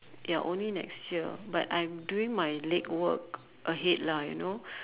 ya only next year but I'm doing my late work ahead lah you know